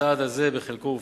הצעד הזה בחלקו הופחת.